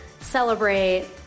Celebrate